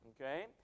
okay